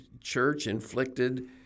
church-inflicted